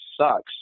sucks